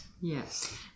yes